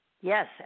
Yes